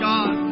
God